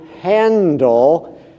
handle